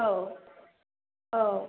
औ औ